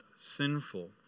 sinful